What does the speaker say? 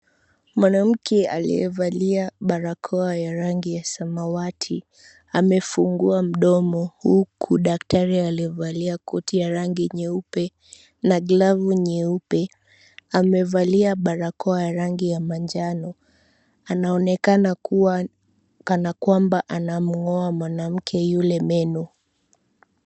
Mwanamke aliyevalia barakoa ya rangi ya samawati. Amefungua mdomo, huku daktari aliyovalia koti ya rangi nyeupe na glovu nyeupe, amevalia barakoa ya rangi ya manjano. Anaonekana kuwa kana kwamba anamung'oa mwanamke yule meno.